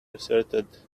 asserted